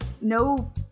no